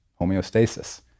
homeostasis